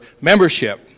membership